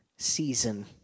Season